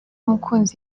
mukunzi